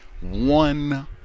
one